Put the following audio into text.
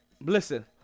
Listen